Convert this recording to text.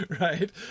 right